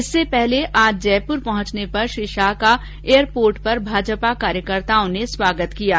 इससे पहले आज जयपुर पहुंचने पर श्री शाह का ऐयरपोर्ट पर भाजपा कार्यकर्ताओं द्वारा स्वागत किया गया